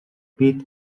pit